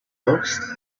most